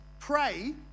Pray